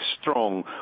Strong